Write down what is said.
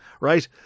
right